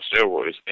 steroids